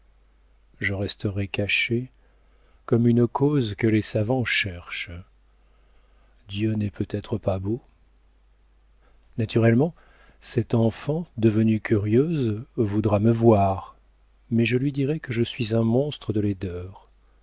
je resterai caché comme une cause que les savants cherchent dieu n'est peut-être pas beau naturellement cette enfant devenue curieuse voudra me voir mais je lui dirai que je suis un monstre de laideur